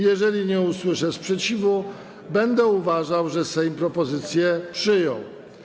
Jeżeli nie usłyszę sprzeciwu, będę uważał, że Sejm propozycję przyjął.